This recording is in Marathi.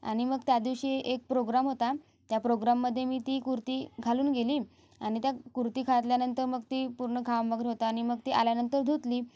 आणि मग त्यादिवशी एक प्रोग्राम होता त्या प्रोग्राममध्ये मी ती कुर्ती घालून गेली आणि त्या कुर्ती घातल्यानंतर मग ती पूर्ण घाम वगैरे होता आणि मग ती आल्यानंतर धुतली